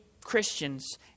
Christians